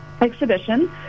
exhibition